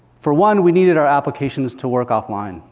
for one, we needed or applications to work offline.